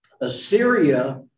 Assyria